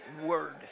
word